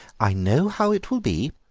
i know how it will be,